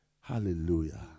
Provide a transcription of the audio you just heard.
Hallelujah